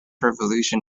revolution